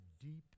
deep